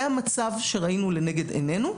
זה המצב שראינו לנגד עינינו,